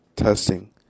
Testing